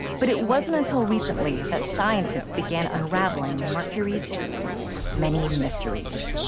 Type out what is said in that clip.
but it wasn't until recently that scientists began unraveling mercury's many mysteries.